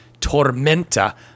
tormenta